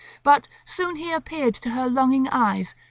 but soon he appeared to her longing eyes,